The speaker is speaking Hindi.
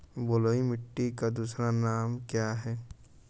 बलुई मिट्टी का दूसरा नाम क्या है?